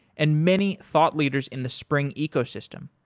and many thought leaders in the spring ecosystem.